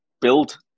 build